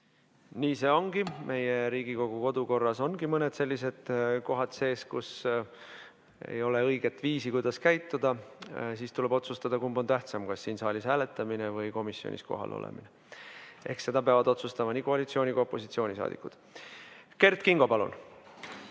Nii see ongi. Meie Riigikogu kodukorras ongi mõned sellised kohad sees, et ei ole õiget viisi, kuidas käituda. Siis tuleb otsustada, kumb on tähtsam, kas siin saalis hääletamine või komisjonis kohal olemine. Seda peavad otsustama nii koalitsiooni‑ kui ka opositsioonisaadikud. Kert Kingo, palun!